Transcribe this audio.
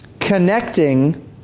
Connecting